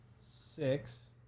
six